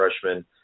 freshman